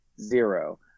zero